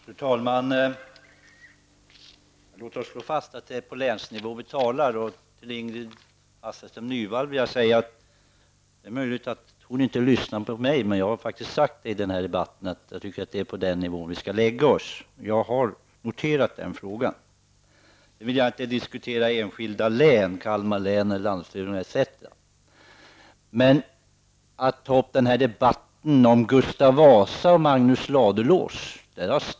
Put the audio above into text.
Fru talman! Låt oss slå fast att det är länsnivån det handlar om. Det är möjligt att Ingrid Hasselström Nyvall inte lyssnar på mig, men jag har faktiskt sagt att det är på den nivån jag tycker vi skall hålla oss. Jag har noterat det. Jag vill inte diskutera enskilda län. Men varför ta upp Gustav Vasa och Magnus Ladulås i debatten?